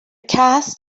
cast